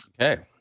Okay